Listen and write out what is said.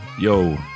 Yo